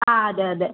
ആ അതെ അതെ